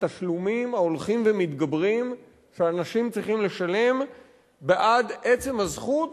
התשלומים ההולכים ומתגברים שאנשים צריכים לשלם בעד עצם הזכות